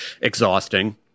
exhausting